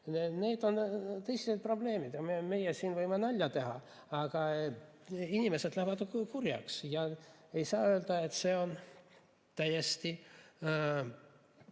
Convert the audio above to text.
Need on tõsised probleemid. Meie siin võime nalja teha, aga inimesed lähevad kurjaks, ja ei saa öelda, et see ei